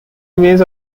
remains